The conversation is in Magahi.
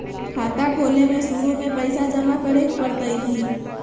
खाता खोले में शुरू में पैसो जमा करे पड़तई की?